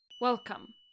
Welcome